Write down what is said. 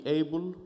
able